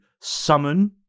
summon